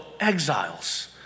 exiles